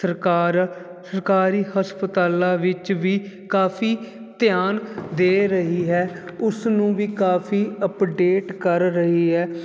ਸਰਕਾਰ ਸਰਕਾਰੀ ਹਸਪਤਾਲਾਂ ਵਿੱਚ ਵੀ ਕਾਫੀ ਧਿਆਨ ਦੇ ਰਹੀ ਹੈ ਉਸ ਨੂੰ ਵੀ ਕਾਫੀ ਅਪਡੇਟ ਕਰ ਰਹੀ ਹੈ